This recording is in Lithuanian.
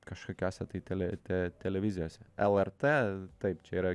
kažkokiose tai tele te televizijose lrt taip čia yra